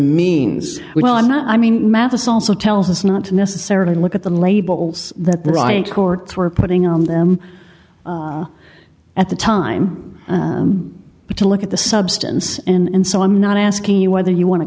means well i'm not i mean madison also tells us not to necessarily look at the labels that brian courts were putting on them at the time but to look at the substance and so i'm not asking you whether you wan